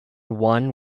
one